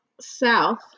south